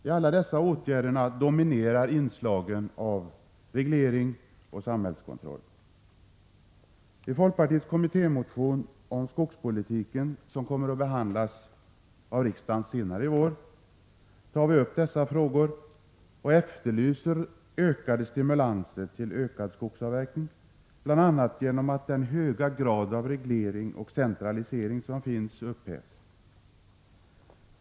I alla dessa åtgärder dominerar inslagen av reglering och samhällskontroll. I folkpartiets kommittémotion om skogspolitiken, som kommer att behandlas av riksdagen senare i vår, tar vi upp dessa frågor och efterlyser kraftigare stimulanser till ökad skogsavverkning, bl.a. genom att den omfattande reglering och centralisering som finns upphävs.